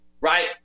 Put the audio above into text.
right